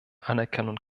anerkennung